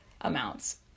amounts